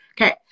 Okay